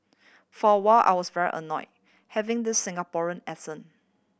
for while I was very annoy having the Singaporean accent